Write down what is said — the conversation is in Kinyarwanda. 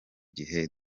gihe